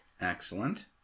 Excellent